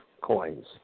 coins